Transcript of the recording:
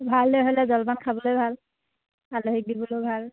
ভাল দৈ হ'লে জলপান খাবলৈ ভাল আলহীক দিবলৈয়ো ভাল